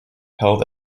held